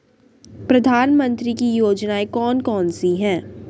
प्रधानमंत्री की योजनाएं कौन कौन सी हैं?